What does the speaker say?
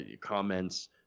comments